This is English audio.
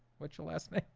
what's your last name?